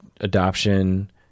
adoption